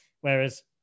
Whereas